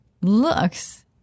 looks –